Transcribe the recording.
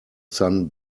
sun